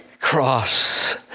cross